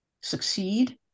succeed